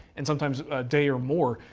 and sometimes a day or more,